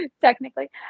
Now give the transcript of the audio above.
technically